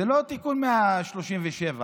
הסניף הזה